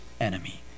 enemy